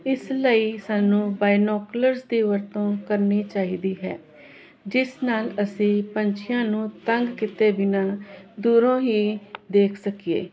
ਇਸ ਲਈ ਸਾਨੂੰ ਬਾਈ ਨੌਕਰ ਦੀ ਵਰਤੋਂ ਕਰਨੀ ਚਾਹੀਦੀ ਹੈ ਜਿਸ ਨਾਲ ਅਸੀਂ ਪੰਛੀਆਂ ਨੂੰ ਤੰਗ ਕੀਤੇ ਬਿਨਾਂ ਦੂਰੋਂ ਹੀ ਦੇਖ ਸਕੀਏ